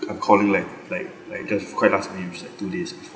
I'm calling like like like just quite last minute it's like two days before